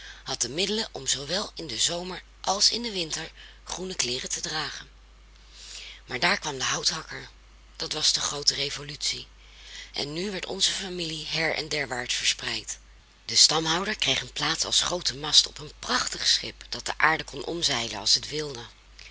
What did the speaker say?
had de middelen om zoowel in den zomer als in den winter groene kleeren te dragen maar daar kwam de houthakker dat was de groote revolutie en nu werd onze familie heren derwaarts verspreid de stamhouder kreeg een plaats als groote mast op een prachtig schip dat de aarde kon omzeilen als het wilde